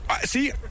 See